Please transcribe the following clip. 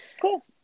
Cool